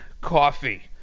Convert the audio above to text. Coffee